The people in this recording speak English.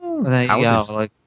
Houses